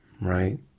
right